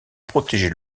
protéger